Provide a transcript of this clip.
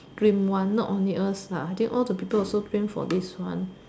dream one not only us lah I think all the people also dream for this one